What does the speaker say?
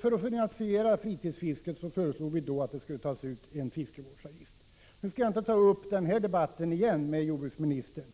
För att finansiera fritidsfisket föreslog vi att det skulle tas ut en fiskevårdsavgift. Jag skall nu inte återigen ta upp en debatt om detta med jordbruksministern,